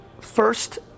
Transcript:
First